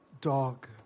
dog